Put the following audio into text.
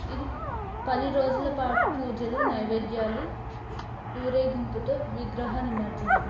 ఇది పది రోజుల పాటు పూజలు నైవేద్యాలు ఊరేగింపుతో విగ్రహ నిమజ్జనం